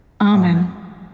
Amen